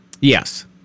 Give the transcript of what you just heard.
Yes